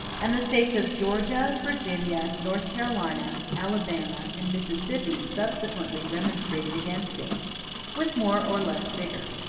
and the states of georgia, virginia, north carolina, alabama, and mississippi subsequently remonstrated against it with more or less vigor.